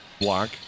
block